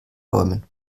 bäumen